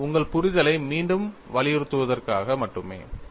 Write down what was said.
இது உங்கள் புரிதலை மீண்டும் வலியுறுத்துவதற்காக மட்டுமே